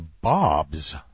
Bobs